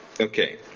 Okay